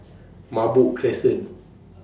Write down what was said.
Merbok Crescent